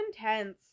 intense